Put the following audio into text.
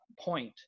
point